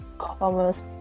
commerce